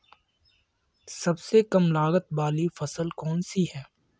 सबसे कम लागत वाली फसल कौन सी है?